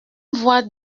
voix